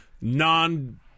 Non